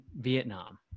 Vietnam